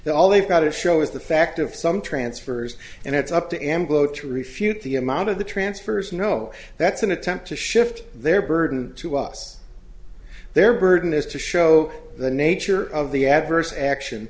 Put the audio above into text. that all they've got to show is the fact of some transfers and it's up to em go to refute the amount of the transfers no that's an attempt to shift their burden to us their burden is to show the nature of the adverse action